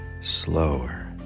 slower